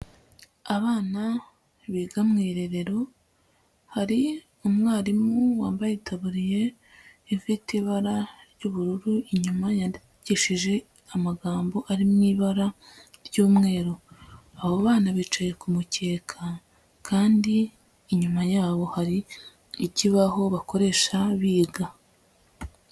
Abana biga mu irerero, hari umwarimu wambaye itaburiye ifite ibara ry'ubururu inyuma, yandikishije amagambo ari mu ibara ry'umweru, abo bana bicaye ku mukeka kandi inyuma yabo hari ikibaho bakoresha biga.